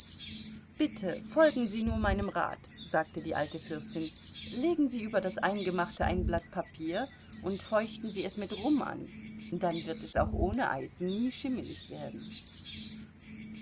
bitte folgen sie nur meinem rat sagte die alte fürstin legen sie über das eingemachte ein blatt papier und feuchten sie es mit rum an dann wird es auch ohne eis nie schimmelig werden